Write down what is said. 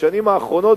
בשנים האחרונות,